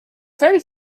very